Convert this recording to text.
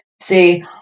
See